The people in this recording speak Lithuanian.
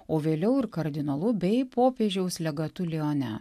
o vėliau ir kardinolu bei popiežiaus legatu lione